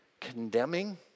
condemning